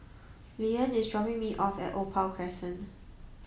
Leeann is dropping me off at Opal Crescent